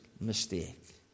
mistake